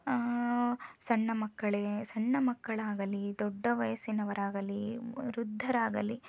ಸಣ್ಣ ಮಕ್ಕಳೇ ಸಣ್ಣ ಮಕ್ಕಳಾಗಲಿ ದೊಡ್ಡ ವಯಸ್ಸಿನವರಾಗಲಿ ವೃದ್ಧರಾಗಲಿ